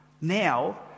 Now